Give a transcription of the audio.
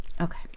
okay